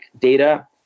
data